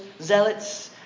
zealots